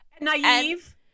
naive